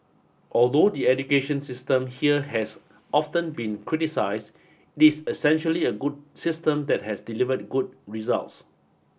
although the education system here has often been criticized this essentially a good system that has delivered good results